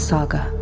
Saga